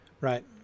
Right